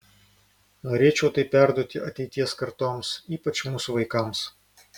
norėčiau tai perduoti ateities kartoms ypač mūsų vaikams